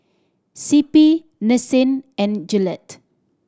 C P Nissin and Gillette